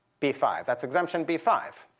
b five. that's exemption b five.